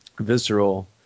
visceral